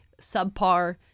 subpar